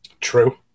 True